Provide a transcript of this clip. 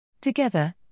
Together